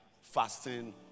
fasting